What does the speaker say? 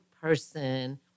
person